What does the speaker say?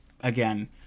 again